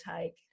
take